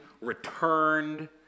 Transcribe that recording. returned